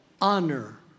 honor